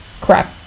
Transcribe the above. Crap